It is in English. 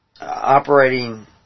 operating